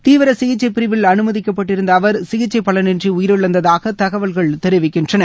தீவிர சிகிச்சை பிரிவில் அனுமதிக்கப்பட்டிருந்த அவர் சிகிச்சை பலனின்றி உயிரிழந்ததாக தகவல்கள் தெரிவிக்கின்றன